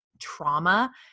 trauma